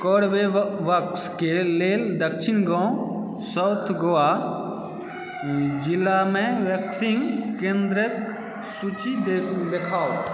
कोरबेवेक्सके लेल दक्षिण गाँव साउथ गोवा जिलामे वैक्सीन केंद्रक सूची देखाउ